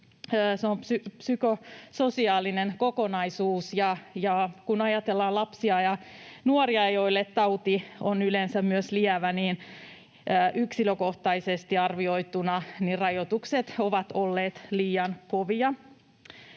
se on psykososiaalinen kokonaisuus. Ja kun ajatellaan lapsia ja nuoria, joilla tauti on yleensä myös lievä, niin yksilökohtaisesti arvioituna rajoitukset ovat olleet liian kovia.